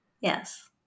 Yes